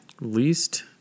Least